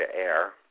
air